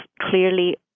clearly